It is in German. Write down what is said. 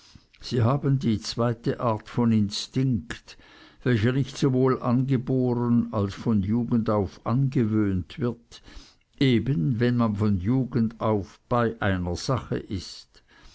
sie haben die zweite art von instinkt welcher nicht sowohl angeboren als von jugend auf angewöhnt wird eben wenn man von jugend auf bei einer sache ist